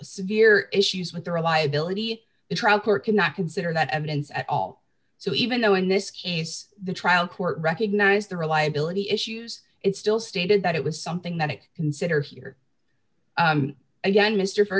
severe issues with the reliability of the trial court could not consider that evidence at all so even though in this case the trial court recognized the reliability issues it still stated that it was something that it consider here again mr